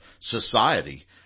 society